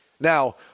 Now